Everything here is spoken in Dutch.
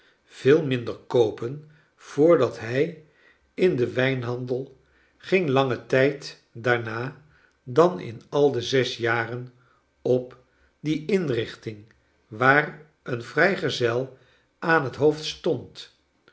veel minder koopen voordat hij in den wijnhandel ging langen tijd daarna dan in al de zes jaren op die inrichting waar een vrijgezel aan het hoofd stand